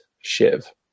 Shiv